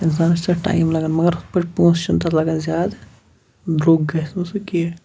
اِنسانَس چھُ تَتھ ٹایم لَگان مگر ہُتھ پٲٹھۍ پونٛسہٕ چھُنہٕ تَتھ لَگان زیادٕ درٛوٚگ گژھِ نہٕ سُہ کینٛہہ